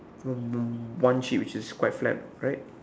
one one sheet which is quite flat right